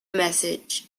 message